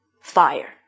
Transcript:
fire